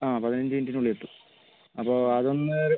പതിനഞ്ച് മിനിറ്റിനുള്ളിൽ എത്തും അപ്പോൾ അതൊന്ന്